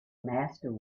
master